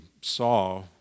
saw